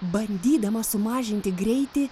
bandydama sumažinti greitį